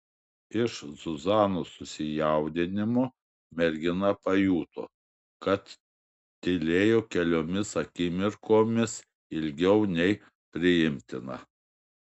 iš zuzanos susijaudinimo mergina pajuto kad tylėjo keliomis akimirkomis ilgiau nei priimtina